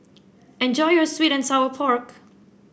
enjoy your sweet and Sour Pork